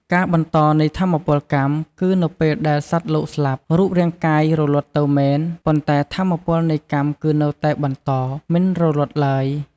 ការបន្តនៃថាមពលកម្ម គឺនៅពេលដែលសត្វលោកស្លាប់ រូបរាងកាយរលត់ទៅមែន ប៉ុន្តែថាមពលនៃកម្មគឺនៅតែបន្តមិនរលត់ឡើយ។